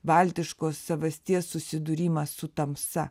baltiškos savasties susidūrimas su tamsa